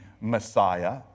Messiah